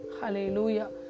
Hallelujah